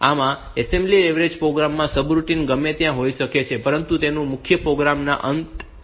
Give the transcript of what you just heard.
આમ assembly language program માં subroutine ગમે ત્યાં હોઈ શકે છે પરંતુ તેને મુખ્ય પ્રોગ્રામ ના અંતે મૂકવાનો એક રિવાજ છે